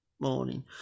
Morning